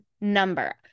number